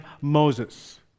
Moses